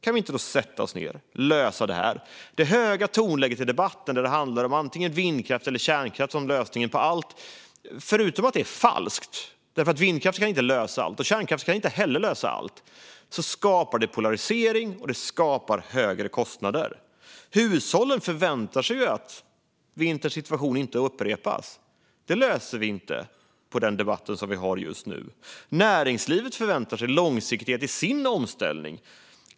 Kan vi då inte sätta oss ned och lösa det här? Det är ett högt tonläge i debatten, där det handlar om antingen vindkraft eller kärnkraft som lösningen på allt. Förutom att det är falskt, för varken vindkraft eller kärnkraft kan lösa allt, skapar det polarisering och högre kostnader. Hushållen förväntar sig att vinterns situation inte upprepas. Det löser vi inte med den debatt som vi har just nu. Näringslivet förväntar sig långsiktighet i sin omställning.